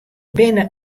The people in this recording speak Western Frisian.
binne